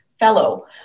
fellow